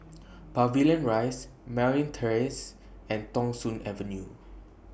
Pavilion Rise Merryn Terrace and Thong Soon Avenue